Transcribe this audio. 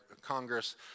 Congress